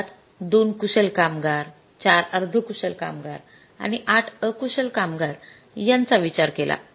ज्यात २ कुशल कामगार ४ अर्धकुशल कामगार आणि ८ अकुशल कामगार यांचा विचार केला